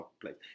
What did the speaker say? place